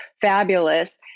fabulous